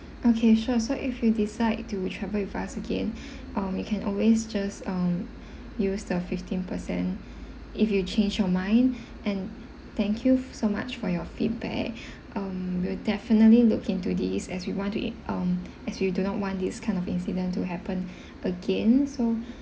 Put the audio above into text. okay sure so if you decide to travel with us again um you can always just um use the fifteen per cent if you change your mind and thank you so much for your feedback um we'll definitely look into this as we want to it um as we do not want this kind of incident to happen again so